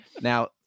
Now